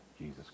Jesus